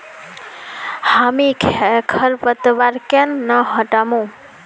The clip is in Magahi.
हामी खरपतवार केन न हटामु